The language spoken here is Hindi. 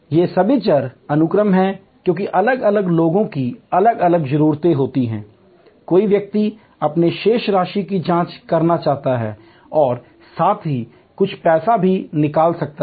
ये सभी चर अनुक्रम हैं क्योंकि अलग अलग लोगों की अलग अलग ज़रूरतें होती हैं कोई व्यक्ति अपने शेष राशि की जांच करना चाहता है और साथ ही कुछ पैसे भी निकाल सकता है